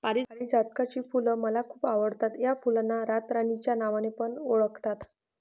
पारीजातकाची फुल मला खूप आवडता या फुलांना रातराणी च्या नावाने पण ओळखतात